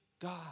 God